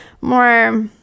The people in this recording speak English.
more